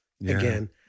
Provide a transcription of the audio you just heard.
again